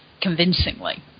convincingly